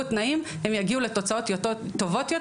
תנאים הם יגיעו לתוצאות יותר טובות,